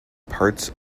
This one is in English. parts